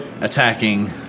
attacking